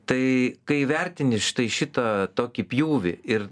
tai kai įvertini štai šitą tokį pjūvį ir